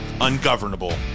ungovernable